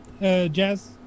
Jazz